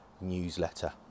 newsletter